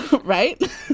Right